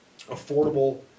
affordable